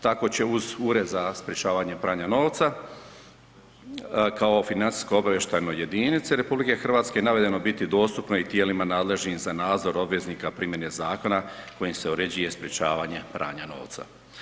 Tako će uz Ured za sprječavanje pranja novca kao financijskoj obavještajnoj jedinici RH navedeno biti dostupno i tijelima nadležnim za nadzor obveznika primjene zakona kojim se uređuje sprječavanje pranja novca.